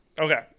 Okay